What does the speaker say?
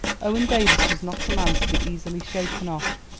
owen davies was not a man to be easily shaken off.